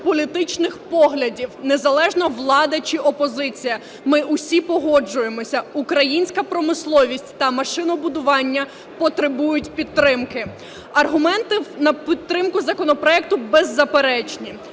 політичних поглядів, незалежно, влада чи опозиція, ми усі погоджуємося: українська промисловість та машинобудування потребують підтримки. Аргументи на підтримку законопроекту беззаперечні.